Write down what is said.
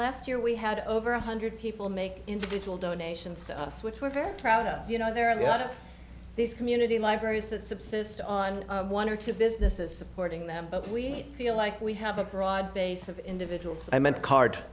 last year we had over one hundred people make individual donations to us which we're very proud of you know there are a lot of these community libraries to subsist on one or two businesses supporting them but we feel like we have a broad base of individuals i meant card